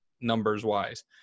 numbers-wise